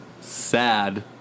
sad